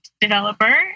developer